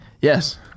Yes